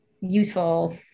useful